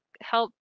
help